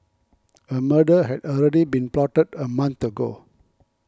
a murder had already been plotted a month ago